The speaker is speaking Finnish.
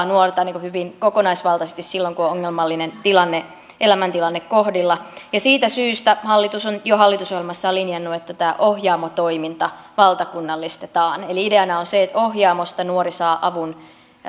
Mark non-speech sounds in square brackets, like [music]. [unintelligible] nuorta hyvin kokonaisvaltaisesti silloin kun on ongelmallinen elämäntilanne kohdilla ja siitä syystä hallitus on jo hallitusohjelmassaan linjannut että tämä ohjaamo toiminta valtakunnallistetaan eli ideana on se että ohjaamosta nuori saa avun